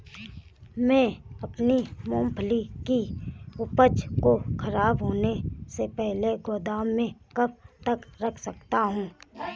मैं अपनी मूँगफली की उपज को ख़राब होने से पहले गोदाम में कब तक रख सकता हूँ?